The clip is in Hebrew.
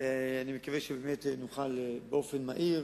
ואני מקווה שבאמת נוכל באופן מהיר